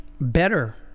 better